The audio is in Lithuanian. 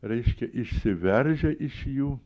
reiškia išsiveržia iš jų